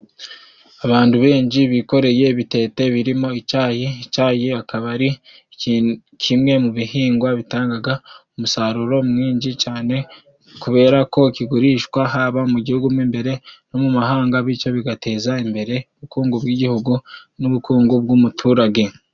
Abantu benji bikoreye ibitete birimo icayi, icayi akaba ari kimwe mu bihingwa bitangaga umusaruro mwinji cane kubera ko kigurishwa haba mu gihugu mo imbere no mu mahanga bityo bigateza imbere ubukungu bw'igihugu n'ubukungu bw'umuturage.